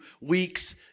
weeks